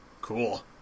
Cool